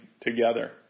together